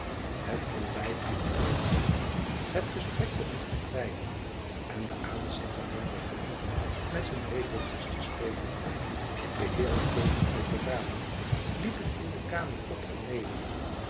het ontbijt hep gewoon af het gesprek begon te kwijhen en de aanzittendeh begonnen met hun lepeltjes te spelen de heeren keken uit de ramen liepen in de kamer op en neder